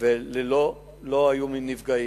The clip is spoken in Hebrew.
ולא היו נפגעים.